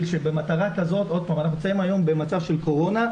אנחנו נמצאים היום במצב של קורונה,